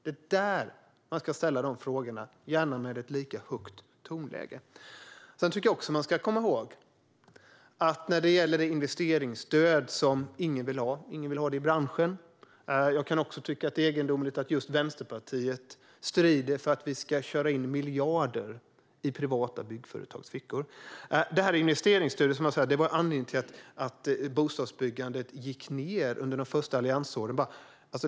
Det är där man ska ställa sina frågor, gärna med ett lika högt tonläge. Man ska också komma ihåg att ingen i branschen vill ha investeringsstöd. Jag kan också tycka att det är egendomligt att just Vänsterpartiet strider för att vi ska köra in miljarder i privata byggföretags fickor. Investeringsstödet var anledningen till att bostadsbyggandet gick ned under de första alliansåren.